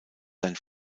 dein